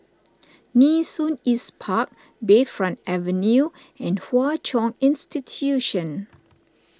Nee Soon East Park Bayfront Avenue and Hwa Chong Institution